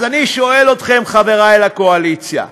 אז אני שואל אתכם, חבריי לקואליציה,